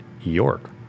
york